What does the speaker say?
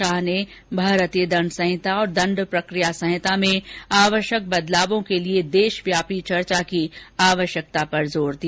शाह ने भारतीय दंड संहिता और दंड प्रक्रिया संहिता में आवश्यक परिवर्तनों के लिए देशव्यापी चर्चा की आवश्यकता पर जोर दिया